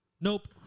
Nope